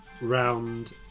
round